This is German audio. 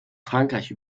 frankreich